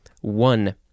one